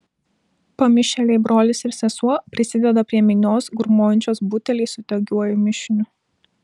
pamišėliai brolis ir sesuo prisideda prie minios grūmojančios buteliais su degiuoju mišiniu